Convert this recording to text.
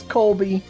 Colby